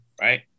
right